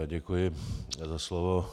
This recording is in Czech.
Děkuji za slovo.